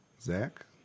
Zach